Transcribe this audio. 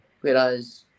whereas